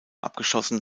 abgeschossen